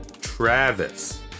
travis